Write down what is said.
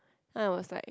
then I was like